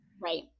right